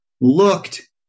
looked